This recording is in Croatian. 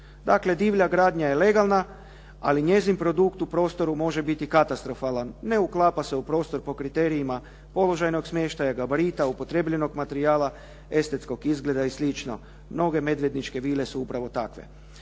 Dakle, divlja gradnja je legalna ali njezin produkt u prostoru može biti katastrofalan. Ne uklapa se u prostor po kriterijima položajnog smještaja, gabarita, upotrijebljenog materijala, estetskog izgleda i slično. Mnoge medvedničke vile su upravo takve.